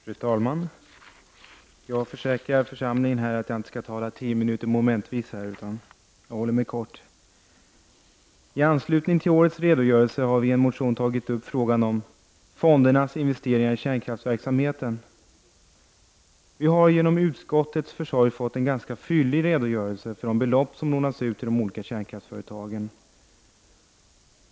Fru talman! Jag försäkrar församlingen här att jag inte skall tala tio minuter momentvis, utan jag skall vara kortfattad. I anslutning till årets redogörelse har vi i en motion tagit upp frågan om fondernas investeringar i kärnkraftsverksamhet. Vi har genom utskottets försorg fått en ganska fyllig redogörelse för de belopp som lånats ut till de olika kärnkraftsföretagen.